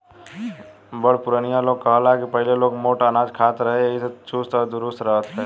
बुढ़ पुरानिया लोग कहे ला की पहिले लोग मोट अनाज खात रहे एही से चुस्त आ दुरुस्त रहत रहे